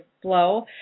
flow